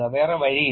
വേറെ വഴിയില്ല